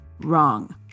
Wrong